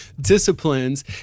disciplines